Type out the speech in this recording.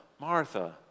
Martha